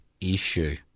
issue